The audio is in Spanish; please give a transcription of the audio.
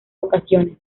ocasiones